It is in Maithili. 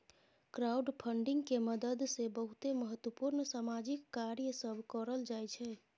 क्राउडफंडिंग के मदद से बहुते महत्वपूर्ण सामाजिक कार्य सब करल जाइ छइ